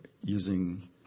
using